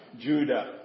Judah